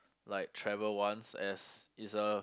like travel once as it's a